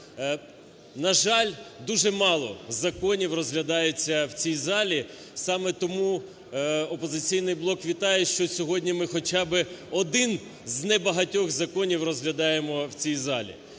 На жаль, дуже мало законів розглядається в цій залі. Саме тому "Опозиційний блок" вітає, що сьогодні ми хоча би один з небагатьох законів розглядаємо в цій залі.